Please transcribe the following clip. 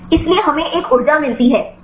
इसलिए हमें एक ऊर्जा मिलती है